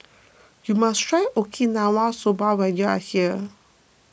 you must try Okinawa Soba when you are here